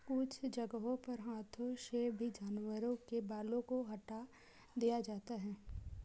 कुछ जगहों पर हाथों से भी जानवरों के बालों को हटा दिया जाता है